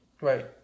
right